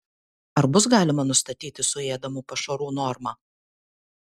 ar bus galima nustatyti suėdamų pašarų normą